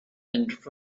and